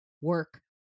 work